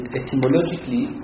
etymologically